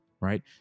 right